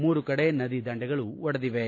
ಮೂರು ಕಡೆ ನದಿ ದಂಡೆಗಳು ಒಡೆದಿವೆ